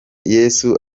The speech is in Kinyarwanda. yesu